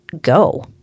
go